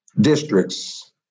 districts